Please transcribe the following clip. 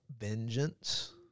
vengeance